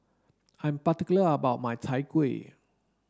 I'm particular about my Chai Kueh